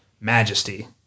majesty